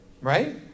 right